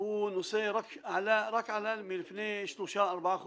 הוא נושא שרק עלה לפני שלושה-ארבעה חודשים,